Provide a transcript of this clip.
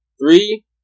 Three